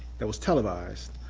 it was televised,